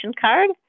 card